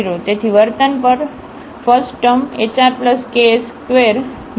તેથી વર્તન પર ફસ્ટ ટર્મ hrks2 ની સહાયથી ચર્ચા કરવામાં આવશે